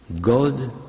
God